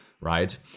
right